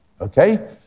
okay